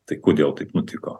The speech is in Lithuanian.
tai kodėl taip nutiko